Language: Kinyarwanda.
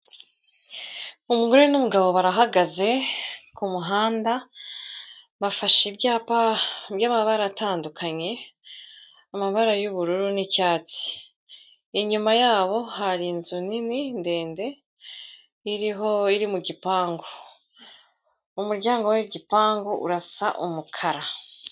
Umugore n'umugabo barahagaze ku muhanda, bafashe ibyapa by'amabara atandukanye, amabara y'ubururu n'icyatsi, inyuma yabo hari inzu nini ndende iri mu gipangu, umuryango w'igipangu urasa umukara.